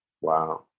Wow